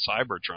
Cybertron